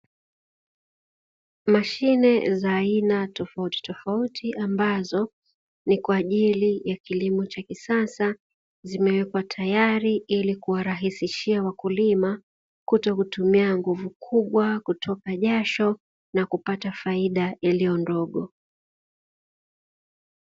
Mashine za aina tofautitofauti ambazo ni kwa ajili ya kilimo cha kisasa zimewekwa tayari ili kuwarahisishia wakulima kutokutumia nguvu kubwa, kutoka jasho na kupata faida iliyo ndogo.